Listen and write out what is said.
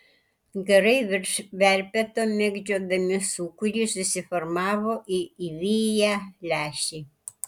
garai virš verpeto mėgdžiodami sūkurį susiformavo į įviją lęšį